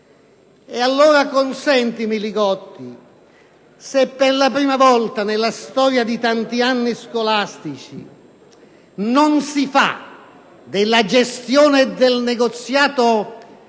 Allora, senatore Li Gotti, se per la prima volta nella storia di tanti anni scolastici non si fa della gestione del negoziato